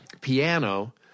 piano